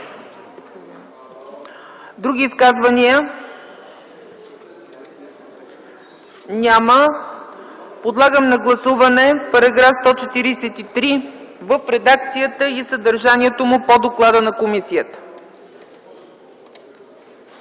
Други изказвания? Няма. Подлагам на гласуване § 143 в редакцията и съдържанието му по доклада на комисията.